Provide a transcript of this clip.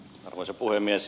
arvoisa puhemies